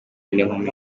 n’inkumi